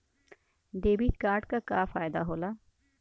Debit card क का फायदा हो ला?